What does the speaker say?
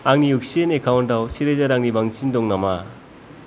आंनि oxygen account आव सेरोजा रांनि बांसिन दं नामा